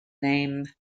name